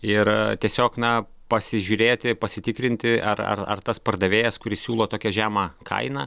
ir tiesiog na pasižiūrėti pasitikrinti ar ar ar tas pardavėjas kuris siūlo tokią žemą kainą